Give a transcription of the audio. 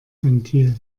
ventil